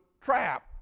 trap